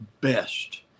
best